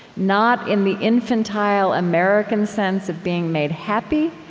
not in the infantile american sense of being made happy,